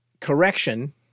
correction